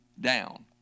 down